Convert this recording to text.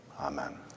Amen